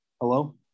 Hello